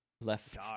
left